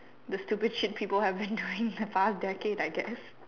the stupid shit people have been doing the past decade I guess